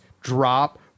drop